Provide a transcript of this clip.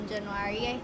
January